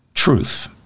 truth